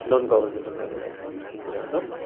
non governmental अर्गनाइजेसन्सको कुरामा